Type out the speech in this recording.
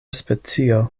specio